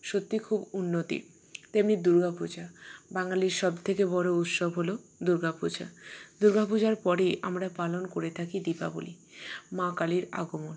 সত্যিই খুব উন্নতি তেমনি দুর্গা পূজা বাঙালির সবথেকে বড়ো উৎসব হল দুর্গা পূজা দুর্গা পূজার পরেই আমরা পালন করে থাকি দীপাবলী মা কালীর আগমণ